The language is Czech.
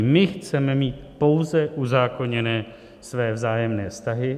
My chceme mít pouze uzákoněné své vzájemné vztahy.